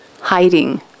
hiding